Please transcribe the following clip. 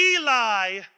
Eli